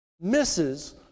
misses